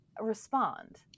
respond